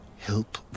help